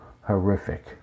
horrific